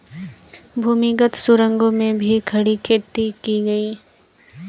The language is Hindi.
भूमिगत सुरंगों में भी खड़ी खेती की गई